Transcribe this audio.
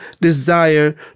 desire